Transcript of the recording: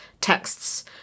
texts